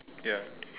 ya